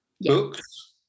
books